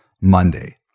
Monday